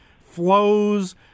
flows